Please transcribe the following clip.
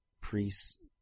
priests